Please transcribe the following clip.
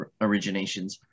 originations